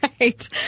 right